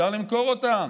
אפשר למכור אותם